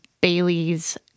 Bailey's